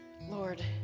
Lord